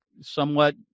somewhat